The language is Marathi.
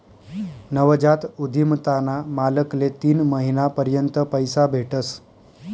नवजात उधिमताना मालकले तीन महिना पर्यंत पैसा भेटस